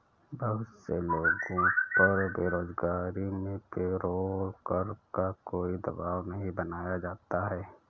बहुत से लोगों पर बेरोजगारी में पेरोल कर का कोई दवाब नहीं बनाया जाता है